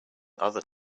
other